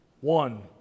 One